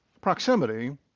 Proximity